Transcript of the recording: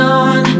on